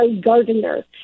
gardener